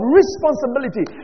responsibility